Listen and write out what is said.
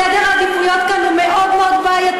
סדר העדיפויות כאן הוא מאוד מאוד בעייתי,